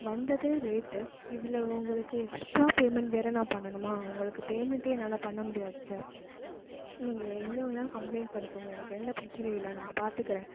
வந்ததே லேட்டு இதில் உங்களுக்கு எக்ஸ்ட்ரா பேமெண்ட் வேறே நான் பண்ணனுமா உங்களுக்கு பேமெண்ட்டே என்னால் பண்ண முடியாது சார் நீங்கள் எங்கே வேணால் கம்ப்ளைன்ட் பண்ணிக்கோங்க எனக்கு எந்த பிரச்சனையும் இல்லை நான் பார்த்துக்கறேன்